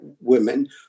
women